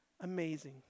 amazing